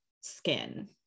skin